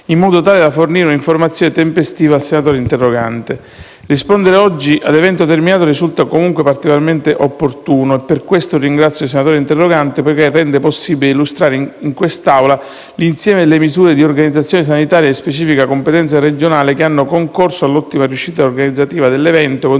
in modo tale da fornire un'informazione tempestiva al senatore interrogante. Rispondere oggi, a evento terminato, risulta comunque particolarmente opportuno - e per questo ringrazio il senatore interrogante - poiché rende possibile illustrare in quest'Assemblea l'insieme delle misure di organizzazione sanitaria di specifica competenza regionale che hanno concorso all'ottima riuscita organizzativa dell'evento,